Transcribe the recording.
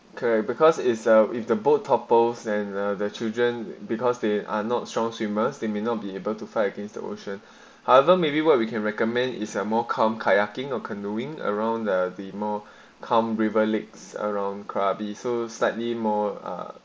correct because it uh if the boat topples than their children because they are not strong swimmers they may not be able to fight against the ocean haven't maybe where we can recommend is samuel kum kayaking or canoeing around there the more calm river legs around krabi so slightly more ah